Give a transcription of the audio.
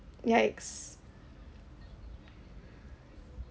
yikes